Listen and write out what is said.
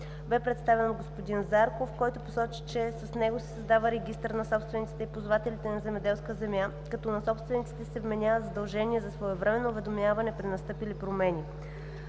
беше представен от господин Крум Зарков, който посочи, че със Законопроекта се създава регистър на собствениците и ползвателите на земеделска земя, като на собствениците се вменява задължение за своевременно уведомяване при настъпили промени.